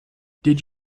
did